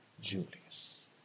Julius